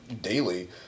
daily